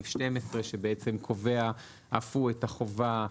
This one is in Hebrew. סעיף 12 שבעצם קובע אף הוא את החובה,